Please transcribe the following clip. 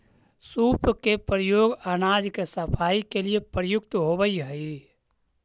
सूप के प्रयोग अनाज के सफाई के लिए प्रयुक्त होवऽ हई